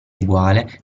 eguale